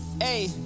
Hey